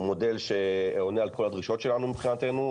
הוא מודל שעונה על כל הדרישות שלנו, מבחינתנו.